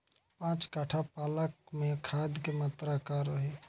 पाँच कट्ठा पालक में खाद के मात्रा का रही?